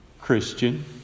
Christian